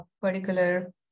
particular